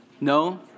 No